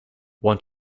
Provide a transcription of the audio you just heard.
want